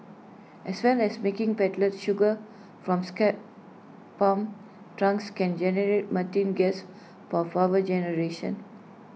as well as making pellets sugar from scrapped palm trunks can generate methane gas for power generation